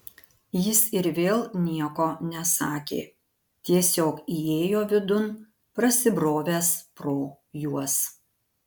jis ir vėl nieko nesakė tiesiog įėjo vidun prasibrovęs pro juos